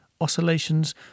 oscillations